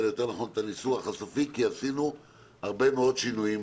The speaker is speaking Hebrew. אלא יותר נכון את הניסוח הסופי כי עשינו הרבה מאוד שינויים.